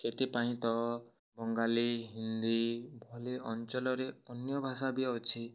ସେଥିପାଇଁ ତ ବଙ୍ଗାଳୀ ହିନ୍ଦୀ ଭଳି ଅଞ୍ଚଳରେ ଅନ୍ୟ ଭାଷା ବି ଅଛି